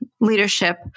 leadership